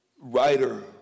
writer